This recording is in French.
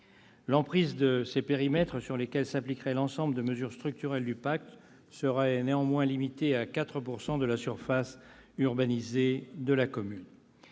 L'emprise de ces périmètres, dans lesquels s'appliqueraient l'ensemble des mesures structurelles du pacte, serait néanmoins limitée à 4 % de la surface urbanisée de la commune.